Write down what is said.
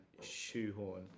shoehorn